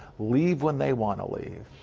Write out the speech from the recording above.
leave when they want to leave,